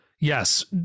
yes